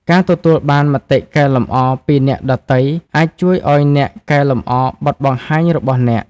ការទទួលបានមតិកែលម្អពីអ្នកដទៃអាចជួយឱ្យអ្នកកែលម្អបទបង្ហាញរបស់អ្នក។